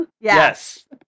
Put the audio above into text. Yes